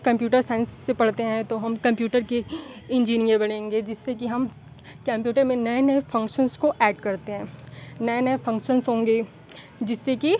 computer science से पढ़ते हैं तो हम कंप्यूटर के इंजीनियर बनेंगे जिससे कि हम कंप्यूटर में नए नए फ़ंक्शन्स को ऐड करते हैं नए नए फ़ंक्शंस होंगे जिससे कि